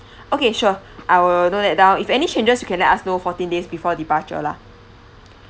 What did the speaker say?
okay sure I will note that down if any changes you can let us know fourteen days before departure lah